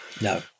No